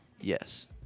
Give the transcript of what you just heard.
Yes